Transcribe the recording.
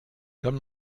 kann